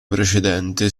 precedente